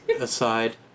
aside